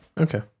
okay